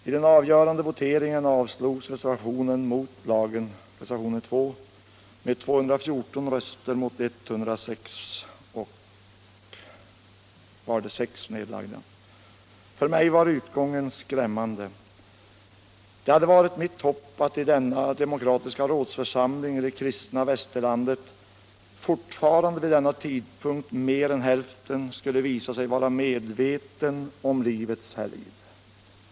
I den avgörande voteringen avslogs reservationerna 1 och 2 med 214 röster mot 103 och 6 nedlagda. För mig var utgången skrämmande. Det hade varit mitt hopp att i denna demokratiska rådsförsamling i det kristna västerlandet fortfarande vid denna tidpunkt mer än hälften skulle visa sig vara medvetna om livets helgd.